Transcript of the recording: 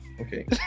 okay